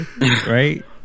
right